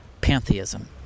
pantheism